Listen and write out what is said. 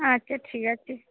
আচ্ছা ঠিক আছে